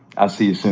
i'll see you soon.